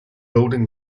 building